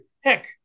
Heck